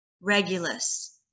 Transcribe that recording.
Regulus